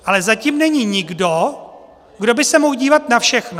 Ale zatím není nikdo, kdo by se mohl dívat na všechno.